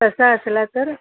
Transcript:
तसा असला तर